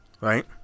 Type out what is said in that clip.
Right